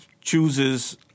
chooses